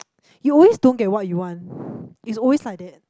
you always don't get what you want it's always like that